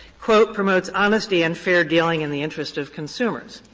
quote, promotes honesty and fair dealing in the interest of consumers.